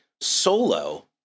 Solo